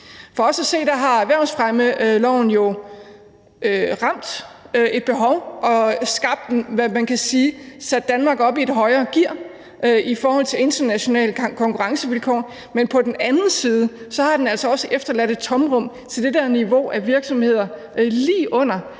og skabt, hvad man kunne kalde for at sætte Danmark op i et højere gear i forhold til internationale konkurrencevilkår; men på den anden side har den altså også efterladt et tomrum for det her niveau af virksomheder lige under,